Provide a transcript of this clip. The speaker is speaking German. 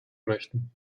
möchten